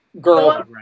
girl